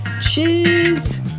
Cheers